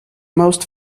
most